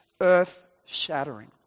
earth-shattering